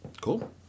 Cool